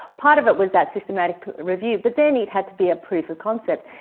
part of it was that systematic review, but then it had to be a proof of concept,